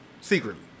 secretly